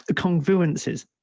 ah congruences,